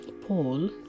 Paul